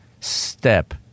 step